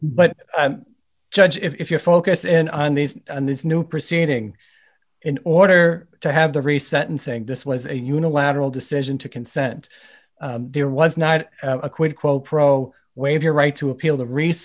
but judge if your focus in on this and this new proceeding in order to have the reset and saying this was a unilateral decision to consent there was not a quid quo pro waive your right to appeal the